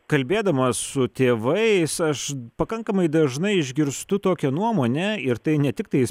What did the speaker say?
kalbėdamas su tėvais aš pakankamai dažnai išgirstu tokią nuomonę ir tai ne tiktais